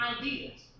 ideas